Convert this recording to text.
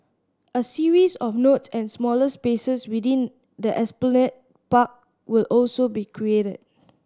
a series of nodes and smaller spaces within the Esplanade Park will also be created